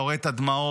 אתה רואה את הדמעות,